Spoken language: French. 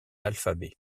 alphabet